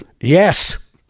yes